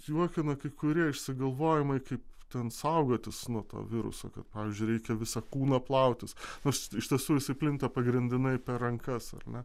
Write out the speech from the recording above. juokina kai kurie išsigalvojimai kaip ten saugotis nuo to viruso kad pavyzdžiui reikia visą kūną plautis nors iš tiesų jisai plinta pagrindinai per rankas ar ne